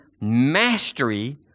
mastery